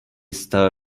star